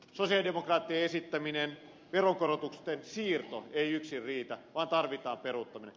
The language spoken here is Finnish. sosialidemokraattien esittämä veronkorotusten siirto ei yksin riitä vaan tarvitaan peruuttaminen